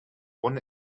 one